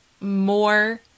more